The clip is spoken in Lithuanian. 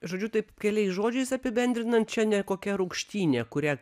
žodžiu taip keliais žodžiais apibendrinant čia ne kokia rūgštynė kurią